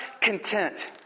content